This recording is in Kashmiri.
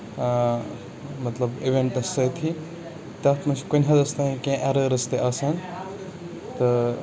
آ مطلب اِوینٹَس سۭتی تَتھ منٛز چھِ کُنہِ حَدس تانۍ کیٚنہہ ایرٲرٕس تہِ آسان تہٕ